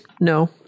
No